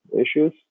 issues